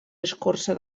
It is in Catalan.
escorça